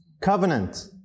covenant